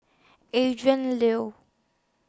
Adrin Liu